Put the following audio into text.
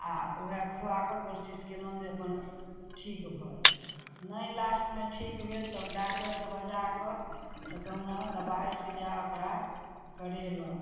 आओर उएह खुआकऽ कोशिश कयलहुँ जे अपन ठीक भऽ जाइ नै लास्टमे ठीक भेल तब डागडरके बजाकऽ तऽ कहुना दबाइ सुइया ओकरा करेलहुँ